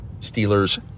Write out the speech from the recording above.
Steelers